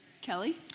Kelly